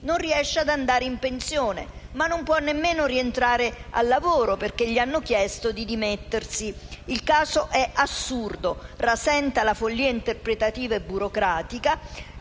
non riesce ad andare in pensione, ma non può nemmeno rientrare al lavoro, perché le hanno chiesto di dimettersi. Il caso è assurdo e rasenta la follia interpretativa e burocratica.